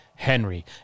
henry